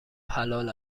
حلال